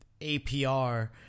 APR